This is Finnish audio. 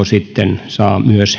sitten myös